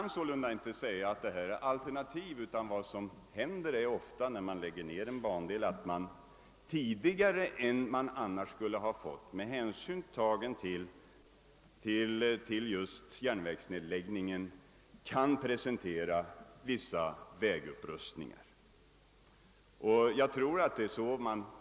Vad som ofta händer när man lägger ned en bandel är att man tidigare än annars kan presentera vissa Vägupprustningar. Man får se saken på detta sätt.